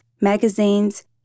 magazines